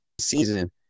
season